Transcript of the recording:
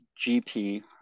GP